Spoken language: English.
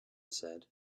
said